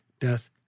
death